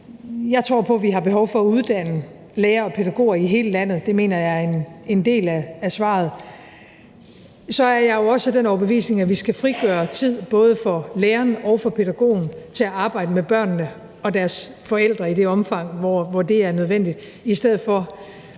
Jeg tror på, at vi har behov for at uddanne lærere og pædagoger i hele landet, og det mener jeg er en del af svaret. Så er jeg jo også af den overbevisning, at vi skal frigøre tid både for læreren og for pædagogen til at arbejde med børnene og deres forældre i det omfang, hvor det er nødvendigt, i stedet for